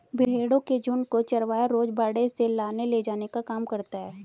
भेंड़ों के झुण्ड को चरवाहा रोज बाड़े से लाने ले जाने का काम करता है